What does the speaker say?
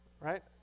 Right